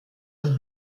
und